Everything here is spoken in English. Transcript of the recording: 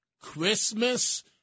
Christmas